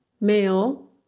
male